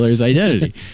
identity